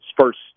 first